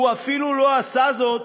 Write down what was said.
הוא אפילו לא עשה זאת